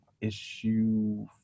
issue